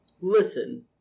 Listen